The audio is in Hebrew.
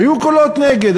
היו קולות נגד,